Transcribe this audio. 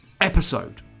episode